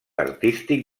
artístic